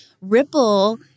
ripple